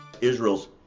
Israel's